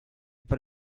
per